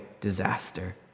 disaster